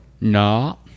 No